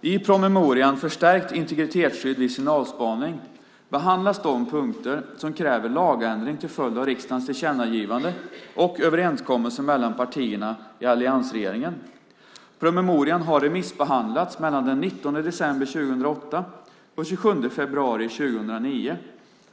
I promemorian Förstärkt integritetsskydd vid signalspaning behandlas de punkter som kräver lagändring till följd av riksdagens tillkännagivande och överenskommelsen mellan partierna i alliansregeringen. Promemorian har remissbehandlats mellan den 19 december 2008 och den 27 februari 2009 .